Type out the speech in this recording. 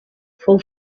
fou